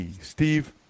Steve